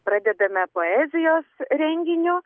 pradedame poezijos renginiu